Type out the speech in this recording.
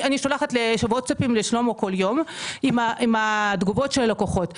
אני שולחת ווטסאפים לשלמה כל יום עם התגובות של הלקוחות.